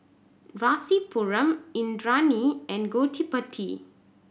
Rasipuram Indranee and Gottipati